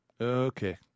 Okay